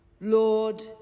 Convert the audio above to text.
Lord